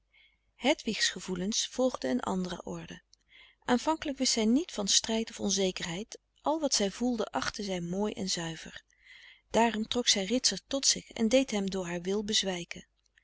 hedwigs gevoelens volgden in andere orde aanvankelijk wist zij niet van strijd of onzekerheid al wat zij voelde achtte zij mooi en zuiver daarom trok zij ritsert tot zich en deed hem door haar wil bezwijken